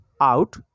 out